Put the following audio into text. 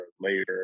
Later